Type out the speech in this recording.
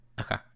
okay